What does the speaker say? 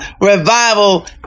revival